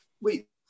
wait